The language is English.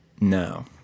No